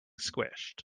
squished